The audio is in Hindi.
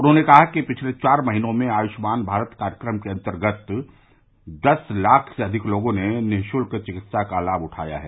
उन्होंने कहा कि पिछले चार महीनों में आयुष्मान भारत कार्यक्रमके अंतर्गत दस लाख से अधिक लोगों ने निःशुल्क चिकित्सा का लाभ उठाया है